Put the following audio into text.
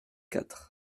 quatre